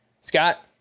Scott